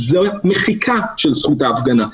זאת מחיקה של זכות ההפגנה.